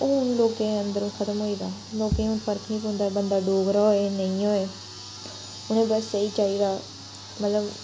हून लोकें अंदर ओह् खत्तम होई गेदा लोकें गी हून फर्क नी पौंदा बंदा डोगरा होए नेईं होए उनें बस एह् ही चाहिदा मतलब